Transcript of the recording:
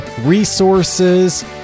resources